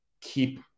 keep